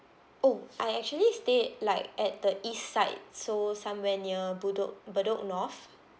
oh I actually stay like at the east side so some where near bedok bedok north